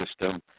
system